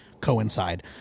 coincide